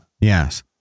Yes